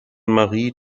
marie